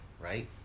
right